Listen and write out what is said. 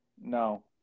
No